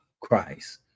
Christ